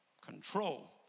Control